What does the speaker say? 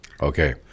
Okay